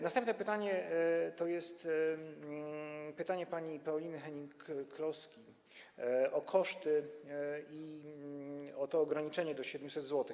Następne pytanie to jest pytanie pani Pauliny Hennig-Kloski o koszty, o to ograniczenie do 700 zł.